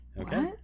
okay